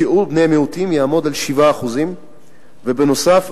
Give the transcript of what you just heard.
שיעור בני המיעוטים יעמוד על 7%. בנוסף,